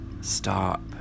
stop